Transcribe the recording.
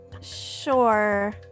sure